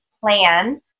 plan